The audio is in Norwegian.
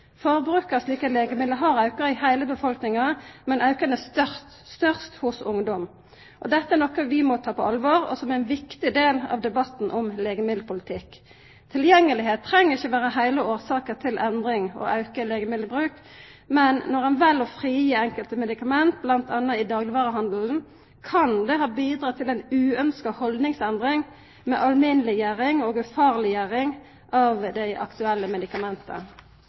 slike legemiddel har auka i heile befolkninga, men auken er størst hos ungdom. Dette er noko vi må ta på alvor, og som er ein viktig del av debatten om legemiddelpolitikk. Tilgjenge treng ikkje vera heile årsaka til endringa og auken i legemiddelbruk. Men når ein vel å frigi enkelte medikament, bl.a. i daglegvarehandelen, kan det ha bidrege til ei uønskt haldningsendring med allmenngjering og ufarleggjering av dei aktuelle medikamenta.